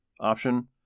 option